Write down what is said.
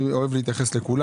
אתייחס לכולם